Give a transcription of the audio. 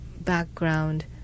background